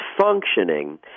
functioning